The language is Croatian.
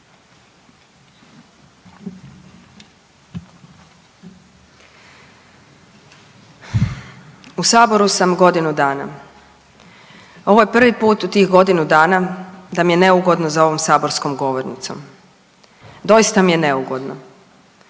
U Saboru sam godinu dana. Ovo je prvi put u tih godinu dana da mi je neugodno za ovom saborskom govornicom. Doista mi je neugodno.